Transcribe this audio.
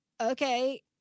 Okay